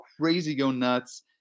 crazy-go-nuts